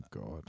god